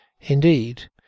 Indeed